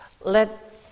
let